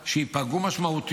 שייפגעו משמעותית